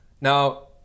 Now